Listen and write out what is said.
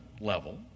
level